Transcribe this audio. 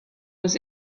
was